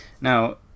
Now